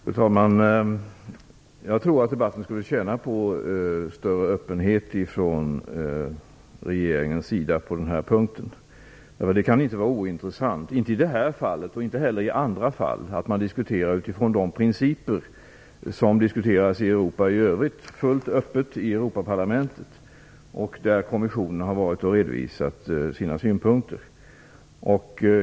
Fru talman! Jag tror att debatten på denna punkt skulle tjäna på en större öppenhet från regeringens sida. Det kan inte vara ointressant, vare sig i det här fallet eller i andra fall, att man diskuterar utifrån de principer som diskuteras i Europa i övrigt och fullt öppet i Europaparlamentet. Kommissionen har där redovisat sina synpunkter.